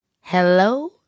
Hello